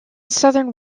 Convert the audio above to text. southern